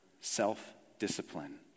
self-discipline